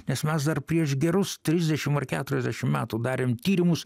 nes mes dar prieš gerus trisdešimt ar keturiasdešimt metų darėm tyrimus